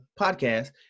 podcast